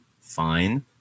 fine